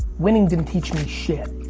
winning didn't teach me shit.